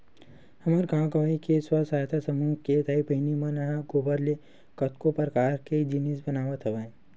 हमर गाँव गंवई के स्व सहायता समूह के दाई बहिनी मन ह गोबर ले कतको परकार के जिनिस बनावत हवय